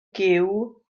gyw